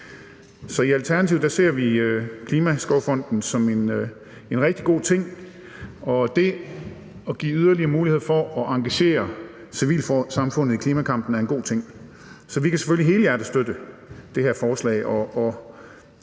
I Alternativet ser vi Klimaskovfonden som en rigtig god ting, og det at give yderligere muligheder for at engagere civilsamfundet i klimakampen er en god ting. Så vi kan selvfølgelig helhjertet støtte det her forslag